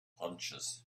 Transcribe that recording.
hunches